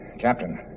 Captain